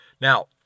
Now